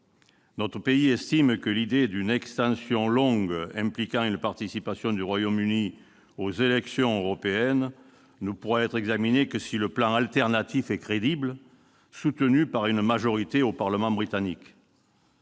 Notre pays estime que « l'idée d'une extension longue, impliquant une participation du Royaume-Uni aux élections européennes, ne pourra être examinée que si le plan alternatif est crédible, soutenu par une majorité au Parlement britannique